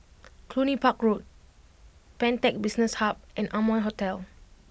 Cluny Park Road Pantech Business Hub and Amoy Hotel